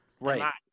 right